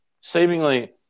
Seemingly